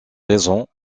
raisons